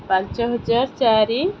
ପାଞ୍ଚ ହଜାର ଚାରି